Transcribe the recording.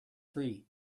three